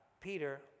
Peter